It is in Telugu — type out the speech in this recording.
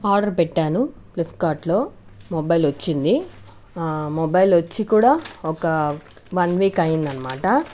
ఆర్డర్ పెట్టాను ప్లిఫ్కార్ట్లో మొబైల్ వచ్చింది మొబైల్ వచ్చి కూడా ఒక వన్ వీక్ అయ్యింది అన్నమాట